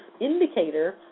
indicator